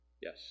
Yes